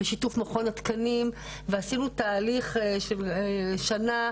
בשיתוף מכון התקנים ועשינו תהליך של שנה,